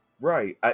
Right